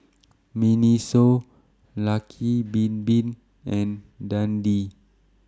Miniso Lucky Bin Bin and Dundee